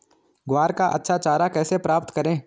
ग्वार का अच्छा चारा कैसे प्राप्त करें?